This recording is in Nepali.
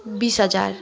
बिस हजार